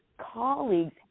colleagues